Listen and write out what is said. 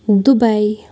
Dubai